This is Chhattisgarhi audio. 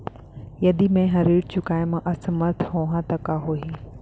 यदि मैं ह ऋण चुकोय म असमर्थ होहा त का होही?